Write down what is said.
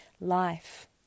life